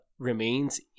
remains